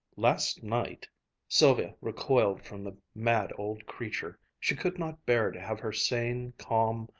last night sylvia recoiled from the mad old creature. she could not bear to have her sane, calm,